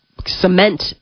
cement